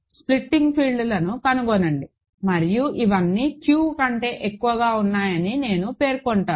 splitting field లను కనుగొనండి మరియు ఇవన్నీ Q కంటే ఎక్కువగా ఉన్నాయని నేను పేర్కొంటాను